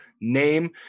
name